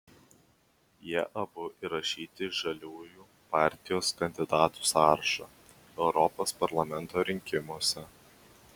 jie abu įrašyti į žaliųjų partijos kandidatų sąrašą europos parlamento rinkimuose